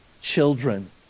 children